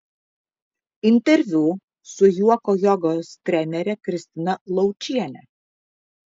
interviu su juoko jogos trenere kristina laučiene